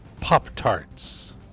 Pop-Tarts